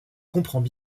comprends